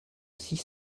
six